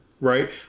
right